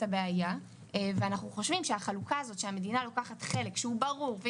הבעיה ואנחנו חושבים שהחלוקה הזאת שהמדינה לוקחת חלק שהוא ברור והוא